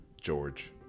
George